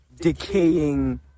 decaying